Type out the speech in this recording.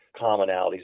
commonalities